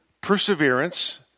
perseverance